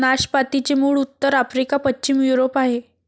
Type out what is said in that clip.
नाशपातीचे मूळ उत्तर आफ्रिका, पश्चिम युरोप आहे